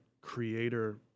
creator